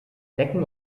decken